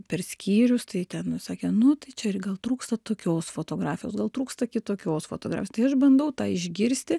per skyrius tai ten sakė nu tai čia ir gal trūksta tokios fotografijos gal trūksta kitokios fotografijos tai aš bandau tą išgirsti